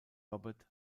robert